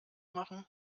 machen